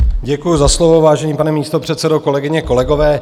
Děkuju za slovo, vážený pane místopředsedo, kolegyně, kolegové.